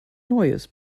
neues